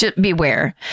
beware